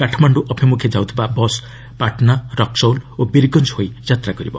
କାଠମାଣ୍ଡୁ ଅଭିମୁଖେ ଯାଉଥିବା ବସ୍ ପାଟନା ରକ୍କଉଲ୍ ଓ ବୀରଗଞ୍ଜ ହୋଇ ଯାତ୍ରା କରିବ